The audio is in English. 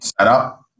setup